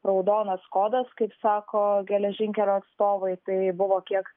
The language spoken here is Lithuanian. raudonas kodas kaip sako geležinkelių atstovai tai buvo kiek